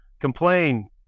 Complain